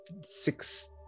six